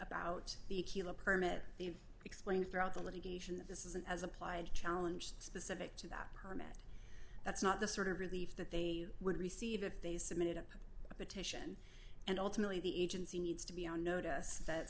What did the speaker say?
about the keel a permit the explain throughout the litigation that this is an as applied challenge specific to that permit that's not the sort of relief that they would receive if they submitted a petition and ultimately the agency needs to be on notice that